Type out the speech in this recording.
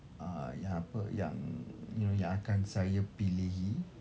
ah ya~ apa yang you know yang akan saya pilihi